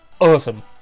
Awesome